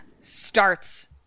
starts